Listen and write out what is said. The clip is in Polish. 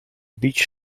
bić